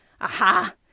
Aha